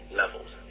levels